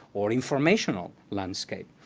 or informational landscape.